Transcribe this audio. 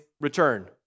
return